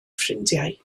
ffrindiau